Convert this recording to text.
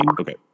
Okay